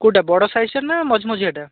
କୋଉଟା ବଡ଼ ସାଇଜ୍ଟା ନା ମଝି ମଝିଆଟା